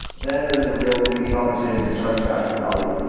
then there's a real unique opportunity to start extracting value.